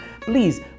Please